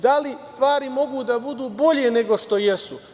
Da li stvari mogu da budu bolje nego što jesu?